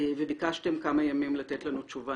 וביקשתם כמה ימים לתת לנו תשובה.